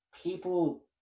people